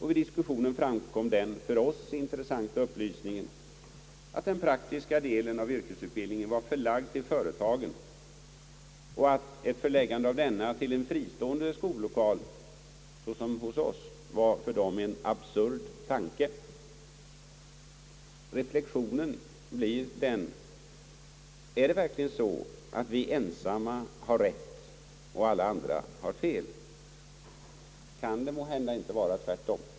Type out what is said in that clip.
Vid diskussionen framkom den för oss intressanta upplysningen, att den praktiska delen av yr kesutbildningen var förlagd till företagen och att ett förläggande av denna till en fristående skollokal — såsom hos oss — var för holländarna en absurd tanke, Reflexionen blir denna: Är det verkligen så att vi ensamma har rätt och alla andra fel? Kan det måhända inte vara tvärtom?